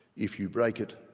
if you break it,